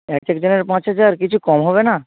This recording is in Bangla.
একেকজনের পাঁচ হাজার কিছু কম হবে না